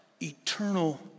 eternal